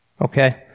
Okay